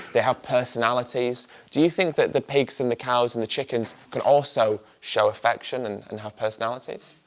they have personalities do you think that the pigs and the cows and the chickens can also show affection and and have personalities?